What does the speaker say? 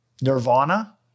nirvana